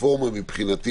הבסיס מבחינתי,